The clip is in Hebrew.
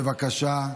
בבקשה.